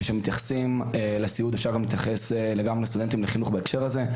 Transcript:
וכשמתייחסים לסיעוד אפשר להתייחס גם לחינוך בהקשר הזה,